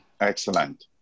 excellent